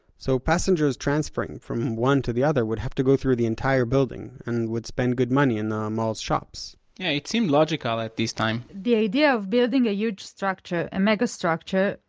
so passengers transferring from one to the other would have to go through the entire building, and would spend good money in the mall's shops yeah, it seemed logical at this time the idea of building a huge structure a mega structure,